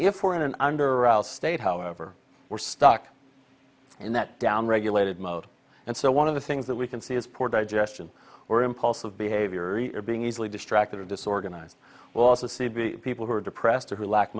if we're in an under state however we're stuck in that down regulated mode and so one of the things that we can see is poor digestion or impulsive behavior either being easily distracted or disorganized well also c b people who are depressed or who lack